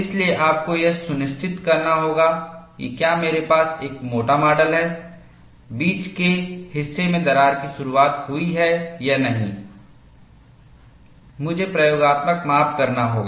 इसलिए आपको यह सुनिश्चित करना होगा कि क्या मेरे पास एक मोटा मॉडल है बीच के हिस्से में दरार की शुरुआत हुई है या नहीं मुझे प्रयोगात्मक माप करना होगा